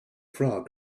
frog